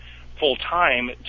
full-time